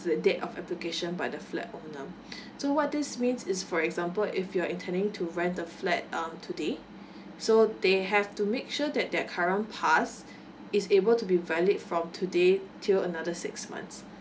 the date of application by the flat on um so what this means is for example if you're intending to rent the flat um today so they have to make sure that their current pass is able to be valid from today till another six months